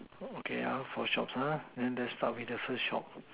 oh okay ah four shops ah then that's probably the first shop